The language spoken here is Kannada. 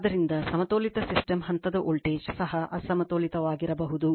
ಆದ್ದರಿಂದ ಅಸಮತೋಲಿತ ಸಿಸ್ಟಮ್ ಹಂತದ ವೋಲ್ಟೇಜ್ ಸಹ ಅಸಮತೋಲಿತವಾಗಿರಬಹುದು